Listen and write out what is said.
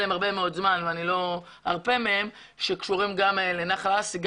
עליהם הרבה מאוד זמן ואני לא ארפה מהם שקשורים גם לנחל האסי.